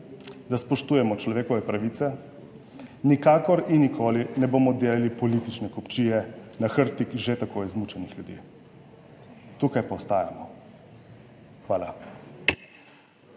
da spoštujemo človekove pravice. Nikakor in nikoli ne bomo delali politične kupčije na hrbtih že tako izmučenih ljudi. Tukaj pa ostajamo. Hvala.